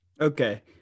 Okay